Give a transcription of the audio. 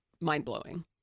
mind-blowing